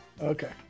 Okay